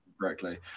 correctly